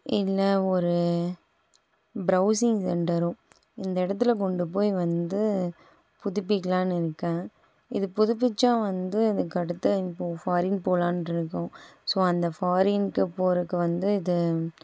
இல்லை ஒரு ப்ரொவ்ஸிங் சென்டரோ இந்த இடத்துல கொண்டு போய் வந்து புதுப்பிக்கலாம்னு இருக்கேன் இது புதுபித்தா வந்து இதுக்கடுத்த இப்போது ஃபாரின் போகலான்ட்ருக்கோம் ஸோ அந்த ஃபாரினுக்கு போகிறதுக்கு வந்து இது